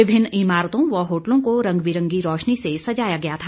विभिन्न इमारतों व होटलों को रंग बिरंगी रौशनी से सजाया गया था